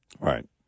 Right